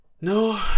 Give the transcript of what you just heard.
no